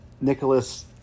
Nicholas